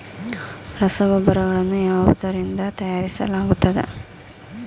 ರಸಗೊಬ್ಬರಗಳನ್ನು ಯಾವುದರಿಂದ ತಯಾರಿಸಲಾಗುತ್ತದೆ?